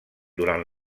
durant